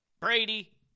Brady